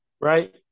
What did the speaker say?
right